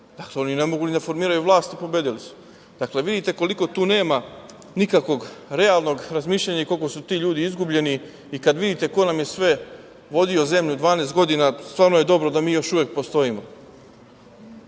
Dakle, oni ne mogu ni da formiraju vlast, a pobedili su. Dakle, vidite koliko tu nema nikakvog realnog razmišljanja i koliko su ti ljudi izgubljeni. Kad vidite ko nam je sve vodio zemlju 12 godina, stvarno je dobro da mi još uvek postojimo. Kada